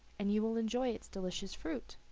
and you will enjoy its delicious fruit.